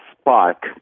spark